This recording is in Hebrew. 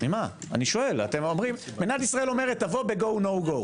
מדינת ישראל אומרת: תבוא בגו נו גו,